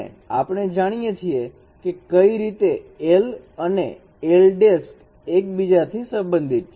અને આપણે જાણીએ છીએ કે કઈ રીતે l અને l એકબીજાથી સંબંધિત છે